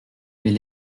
mais